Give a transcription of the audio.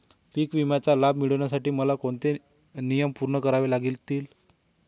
पीक विम्याचा लाभ मिळण्यासाठी मला कोणते नियम पूर्ण करावे लागतील?